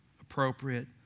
appropriate